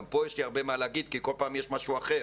גם כאן יש לי הרבה מה לומר כי כל פעם יש משהו אחר,